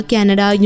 Canada